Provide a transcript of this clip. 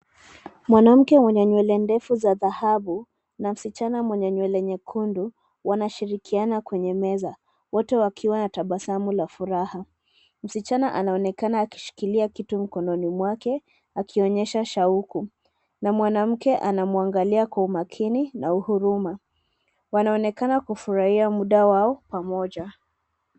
Mwanamke mwenye nywele ndefu za dhahabu na msichana mwenye nywele nyekundu wanashirikiana kwenye meza, wote wakiwa na tabasamu la furaha. Msichana anaonekana akishikilia kitu mkononi mwake akionyesha shauku na mwanamke anamwagalia kwa umakinini na huruma. Wanaonekana kufurahia muda wao pamoja.